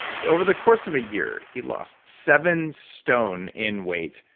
so over the course of a year, he lost seven stone in weight,